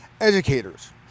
educators